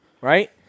right